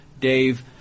Dave